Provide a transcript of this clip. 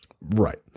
Right